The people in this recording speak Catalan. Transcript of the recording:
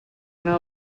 anar